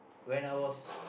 when I was